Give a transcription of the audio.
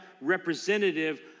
representative